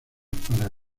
para